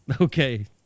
Okay